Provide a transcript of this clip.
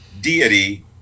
deity